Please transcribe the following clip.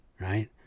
right